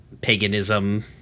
paganism